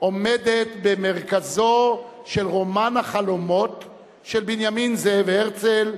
עומדת במרכזו של רומן החלומות של בנימין זאב הרצל,